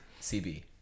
CB